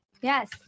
Yes